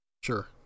sure